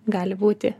gali būti